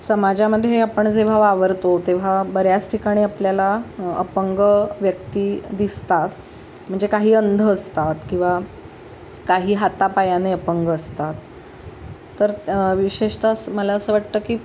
समाजामध्ये आपण जेव्हा वावरतो तेव्हा बऱ्याच ठिकाणी आपल्याला अपंग व्यक्ती दिसतात म्हणजे काही अंध असतात किंवा काही हातापायाने अपंग असतात तर विशेषतः मला असं वाटतं की